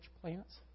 plants